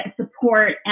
support